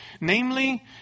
namely